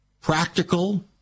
practical